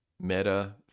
meta